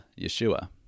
Yeshua